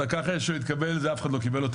דקה אחרי שהוא התקבל זה אף אחד לא קיבל אותו,